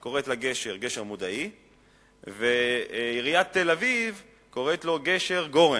קוראת לגשר "גשר מודעי" ועיריית תל-אביב קוראת לו "גשר גורן",